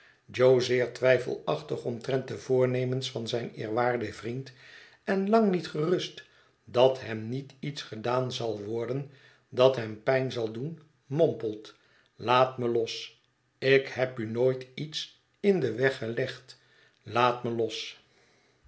twijfelachtig omtrent de voornemens van zijn eerwaarden vriend en lang niet gerust dat hem niet iets gedaan zal worden dat hem pijn zal doen mompelt laat me los ik heb u nooit tets in den weg gelegd laat me los